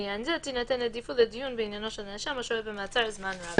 לעניין זה תינתן עדיפות לדיון בעניינו של נאשם השוהה במעצר זמן רב